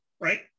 Right